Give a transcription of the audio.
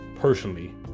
Personally